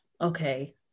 okay